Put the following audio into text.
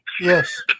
Yes